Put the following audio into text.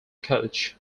coach